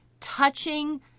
touching